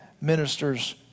ministers